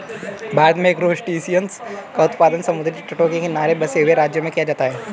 भारत में क्रासटेशियंस का उत्पादन समुद्री तटों के किनारे बसे हुए राज्यों में किया जाता है